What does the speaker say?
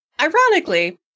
ironically